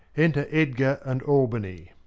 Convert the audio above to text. enter edgar and albany.